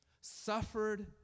suffered